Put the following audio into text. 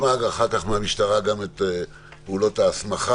נשמע אחר כך מהמשטרה גם את פעולות ההסמכה.